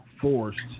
forced